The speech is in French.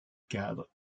cadre